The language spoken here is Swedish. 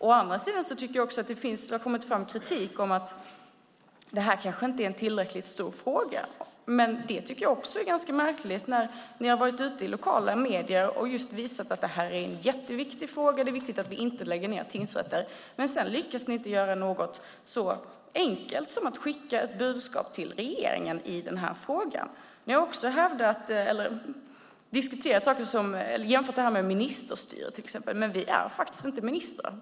Å andra sidan har det kommit fram kritik om att detta kanske inte är en tillräckligt stor fråga. Det tycker jag också är ganska märkligt när ni har varit ute i lokala medier och just visat att det är en jätteviktig fråga och att det är viktigt att vi inte lägger ned tingsrätter. Sedan lyckas ni inte göra något så enkelt som att skicka ett budskap till regeringen i frågan. Ni har också jämfört detta med ministerstyre, till exempel. Vi är dock inte ministrar.